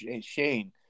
Shane